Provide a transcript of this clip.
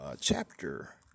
chapter